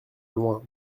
loin